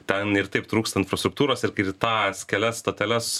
ten ir taip trūksta infrastruktūros ir ir tas kelias stoteles